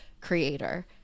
creator